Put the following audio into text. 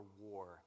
war